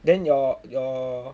then your your